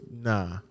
nah